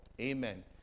Amen